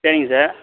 சரிங்க சார்